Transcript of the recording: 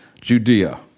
Judea